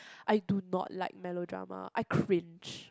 I do not like melodrama I cringe